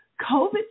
COVID